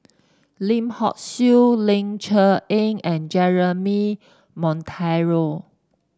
Lim Hock Siew Ling Cher Eng and Jeremy Monteiro